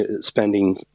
spending